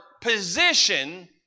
position